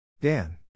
Dan